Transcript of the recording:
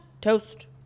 toast